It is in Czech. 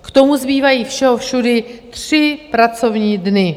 K tomu zbývají všehovšudy tři pracovní dny.